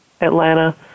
Atlanta